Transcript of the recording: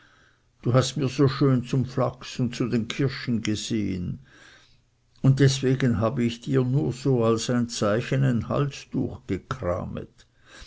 du hast mir so schon zum flachs und zu den kirschen gesehen und deswegen habe ich dir nur so als ein zeichen ein halstuch gekramet